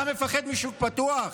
אתה מפחד משוק פתוח?